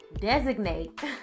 designate